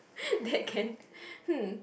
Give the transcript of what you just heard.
that can hmm